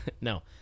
No